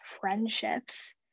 friendships